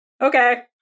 Okay